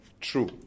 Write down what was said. true